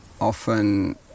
often